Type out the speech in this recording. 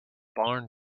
barn